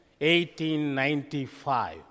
1895